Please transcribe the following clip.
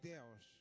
Deus